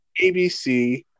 ABC